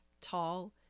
tall